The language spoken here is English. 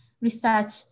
research